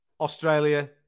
Australia